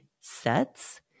sets